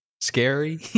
scary